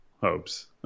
hopes